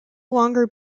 longer